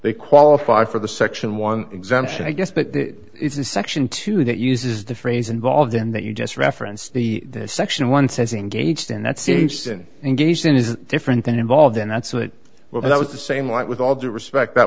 they qualify for the section one exemption i guess that is a section two that uses the phrase involved in that you just referenced the section one says engaged in that season and gazin is different than involved in that so it well that was the same like with all due respect that